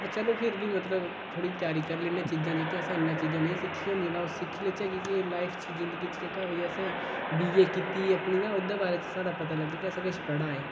ब चलो फिर बी मतलब थोह्ड़ी त्यारी करी लैन्ने आं चीजां जेह्कियां असें इन्नियां चीजां नेईं सिक्खियां होंदियां तां ओह् सिक्खी लैचै कि के लाइफ च जिंदगी च जेह्की बी असें बी ए कीती ऐ अपनी तां ओह्दे बारे च साढ़ा पता लग्गै कि असें किश पढ़े दा ऐ